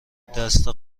دست